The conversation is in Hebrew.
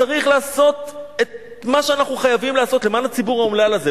צריך לעשות את מה שאנחנו חייבים למען הציבור האומלל הזה.